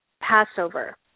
Passover